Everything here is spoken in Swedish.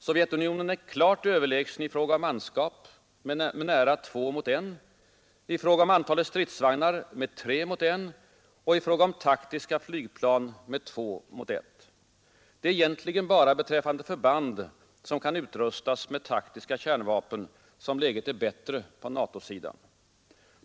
Sovjetunionen är klart överlägsen i fråga om manskap med nära två mot en, i fråga om antalet stridsvagnar med tre mot en och i fråga om taktiska flygplan med två mot ett. Det är egentligen bara beträffande förband som kan utrustas med taktiska kärnvapen som läget är bättre på NATO-sidan.